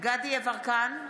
דסטה גדי יברקן,